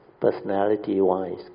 personality-wise